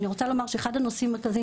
אני רוצה לומר שאחד הנושאים המרכזיים